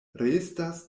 restas